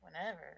whenever